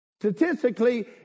Statistically